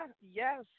yes